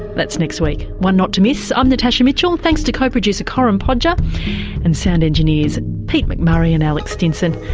that's next week, one not to miss. i'm natasha mitchell. thanks to co-producer corinne podger and sound engineers pete mcmurray and alex stinson.